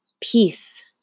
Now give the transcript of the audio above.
peace